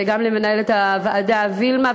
וגם למנהלת הוועדה וילמה,